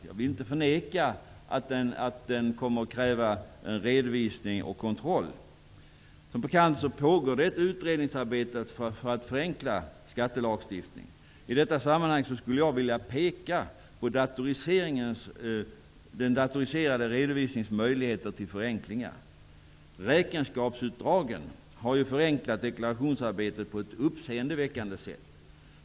Jag vill inte förneka att den kommer att kräva redovisning och kontroll. Som bekant pågår ett utredningsarbete för att förenkla skattelagstiftningen. I detta sammanhang skulle jag vilja peka på den datoriserade redovisningens möjligheter till förenklingar. Räkenskapsutdragen har ju förenklat deklarationsarbetet på ett uppseendeväckande sätt.